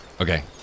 Okay